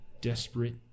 desperate